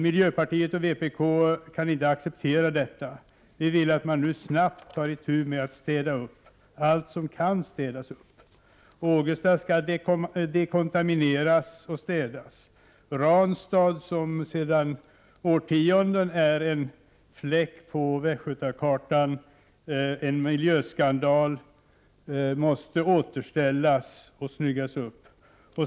Miljöpartiet och vpk kan inte acceptera detta. Vi vill att man nu snabbt skall ta itu med att städa upp allt som kan städas upp. Ågesta skall dekontamineras och städas. Ranstad, som sedan årtionden är en fläck på västgötakartan och en miljöskandal, måste återställas och snyggas upp.